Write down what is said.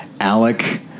Alec